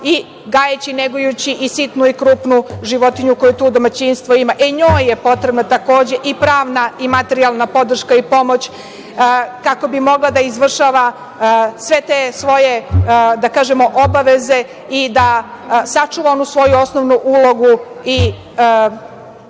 i gajeći i negujući i sitnu i krupnu životinju koje to domaćinstvo ima. E, njoj je potrebna, takođe, i pravna i materijalna podrška i pomoć, kako bi mogla da izvršava sve te svoje obaveze i da sačuva onu svoju osnovnu ulogu i da